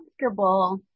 comfortable